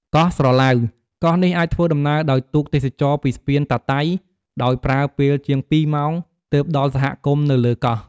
កោះស្រឡៅ កោះនេះអាចធ្វើដំណើរដោយទូកទេសចរណ៍ពីស្ពានតាតៃ ដោយប្រើពេលជាង ២ ម៉ោង ទើបដល់សហគមន៍នៅលើកោះ។